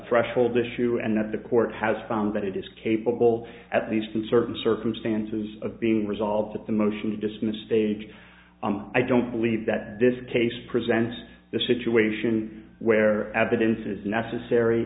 threshold issue and that the court has found that it is capable at least in certain circumstances of being resolved at the motion to dismiss stage i don't believe that this case presents a situation where evidence is necessary